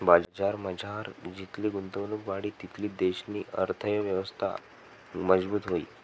बजारमझार जितली गुंतवणुक वाढी तितली देशनी अर्थयवस्था मजबूत व्हयी